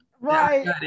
right